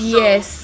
yes